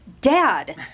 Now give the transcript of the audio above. Dad